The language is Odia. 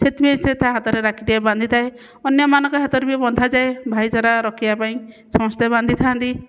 ସେଥିପାଇଁ ସେ ତା' ହାତରେ ରାକ୍ଷୀଟିଏ ବାନ୍ଧିଥାଏ ଅନ୍ୟମାନଙ୍କ ହାତରେ ବି ବନ୍ଧାଯାଏ ଭାଇଚାରା ରଖିବାପାଇଁ ସମସ୍ତେ ବାନ୍ଧିଥାନ୍ତି